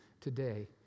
today